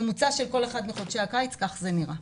ממוצע של כל אחד מחודשי הקיץ, כך זה נראה.